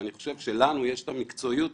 אני חושב שלנו יש את המקצועיות.